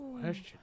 question